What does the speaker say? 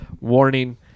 warning